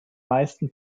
meisten